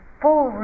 full